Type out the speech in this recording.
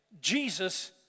Jesus